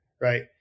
right